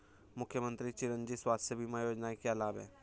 मुख्यमंत्री चिरंजी स्वास्थ्य बीमा योजना के क्या लाभ हैं?